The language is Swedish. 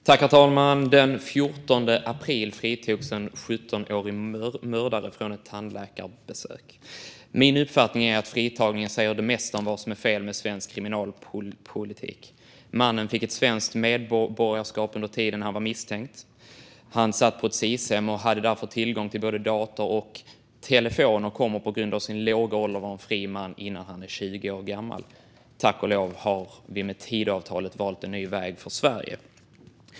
Herr talman! Den 14 april fritogs en 17-årig mördare vid ett tandläkarbesök. Min uppfattning är att fritagningen säger det mesta om vad som är fel med svensk kriminalpolitik. Mannen fick ett svenskt medborgarskap under tiden han var misstänkt. Han satt på ett Sis-hem och hade därför tillgång till både dator och telefon. Och han kommer på grund av sin låga ålder att vara en fri man innan han är 20 år gammal. Tack och lov har vi med Tidöavtalet valt en ny väg för Sverige.